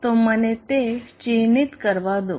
તો મને તે ચિહ્નિત કરવા દો